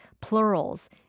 plurals